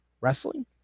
wrestling